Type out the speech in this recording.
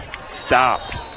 Stopped